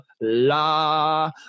la